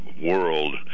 world